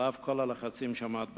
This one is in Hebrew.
על אף כל הלחצים שעמד בהם.